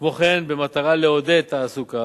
כמו כן, במטרה לעודד תעסוקה,